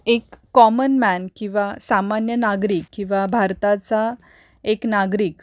एक common man किंवा सामान्य नागरिक किंवा भारताचा एक नागरिक